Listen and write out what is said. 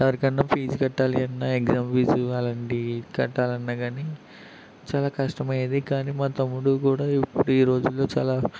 ఎవరికన్న fees కట్టాలి అన్న exam fee అలాంటివి కట్టాలన్న కానీ చాలా కష్టమయ్యేది కానీ మా తమ్ముడు కూడా ఈ రోజుల్లో చాలా